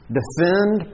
defend